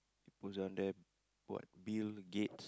who's on the what Bill-Gates